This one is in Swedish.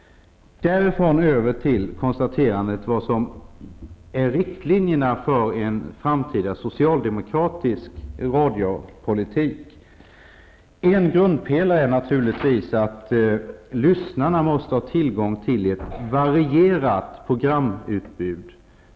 Därifrån går jag över till konstaterandet av vilka riktlinjer som gäller för en framtida socialdemokratisk radiopolitik. En grundpelare är naturligtvis att lyssnarna måste ha tillgång till ett varierat programutbud.